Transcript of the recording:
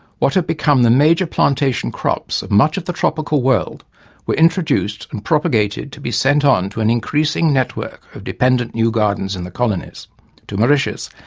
what have become the major plantation crops of much of the tropical world were introduced and propagated to be sent on to an increasing network of dependent new gardens in the colonies to mauritius,